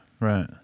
right